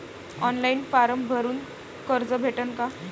Online form भरून कर्ज भेटन का?